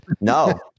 No